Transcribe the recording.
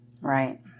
Right